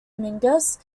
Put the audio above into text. mingus